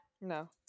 No